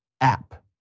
app